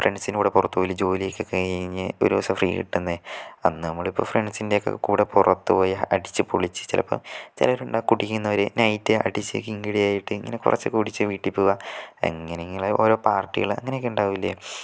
ഫ്രണ്ട്സിനോടൊപ്പം പുറത്തു പോകില്ലേ ജോലിയൊക്കെ കഴിഞ്ഞ് ഒരു ദിവസം ഫ്രീ കിട്ടുന്ന അന്ന് നമ്മൾ ഫ്രണ്ട്സിൻ്റെയൊക്കെ കൂടി പുറത്തുപോയി അടിച്ചുപൊളിച്ച് ചിലപ്പോൾ ചിലരുണ്ട് കുടിക്കുന്നവരെ നൈറ്റ് അടിച്ചു കിങ്ങിടിയായിട്ട് കുറച്ചു കുടിച്ച് വീട്ടിൽ പോകുക അങ്ങനെയെങ്കിലും ഓരോ പാർട്ടികൾ അങ്ങനെയൊക്കെ ഉണ്ടാകില്ലേ